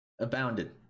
abounded